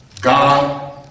God